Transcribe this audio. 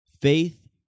Faith